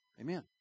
Amen